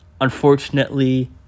unfortunately